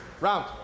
round